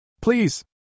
Please